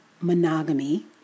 monogamy